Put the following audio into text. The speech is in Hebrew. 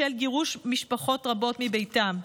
בשל גירוש משפחות רבות מביתם.